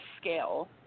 scale